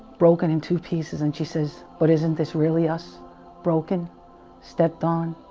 broken him to pieces and she says but isn't this really us broken stepped on